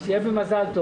פה אחד.